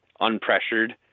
unpressured